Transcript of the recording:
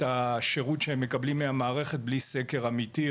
השירות שהם מקבלים מהמערכת בלי סקר אמיתי.